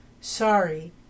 sorry